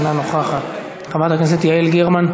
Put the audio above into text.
אינה נוכחת, חברת הכנסת יעל גרמן,